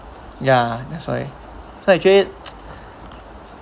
ya that's why so actually